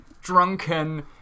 drunken